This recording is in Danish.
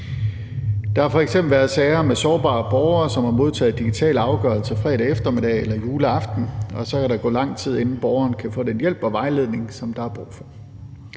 Der har f.eks. været sager med sårbare borgere, som digitalt har modtaget en afgørelse fredag eftermiddag eller juleaften, og så kan der gå lang tid, inden borgeren kan få den hjælp og vejledning, som der er brug for.